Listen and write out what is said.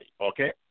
Okay